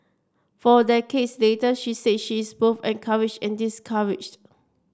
four decades later she say she is both encouraged and discouraged